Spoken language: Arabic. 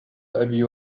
أبي